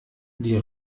die